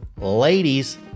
ladies